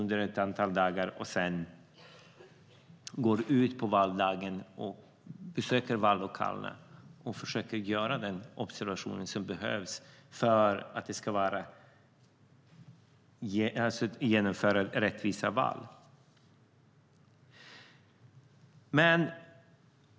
Sedan går vi ut på valdagen, besöker vallokalerna och försöker göra den observation som behövs för att det ska genomföras rättvisa val.